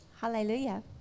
Hallelujah